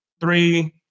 three